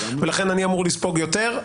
ולכן אני אמור לספוג יותר.